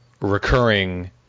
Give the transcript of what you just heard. recurring